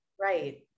Right